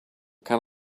can